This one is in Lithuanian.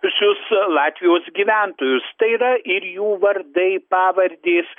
sius latvijos gyventojus tai yra ir jų vardai pavardės